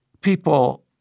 people